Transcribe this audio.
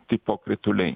tipo krituliai